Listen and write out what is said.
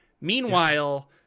meanwhile